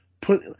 put